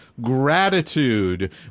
gratitude